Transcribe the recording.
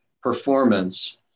performance